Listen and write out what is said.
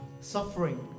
Suffering